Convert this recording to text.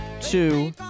two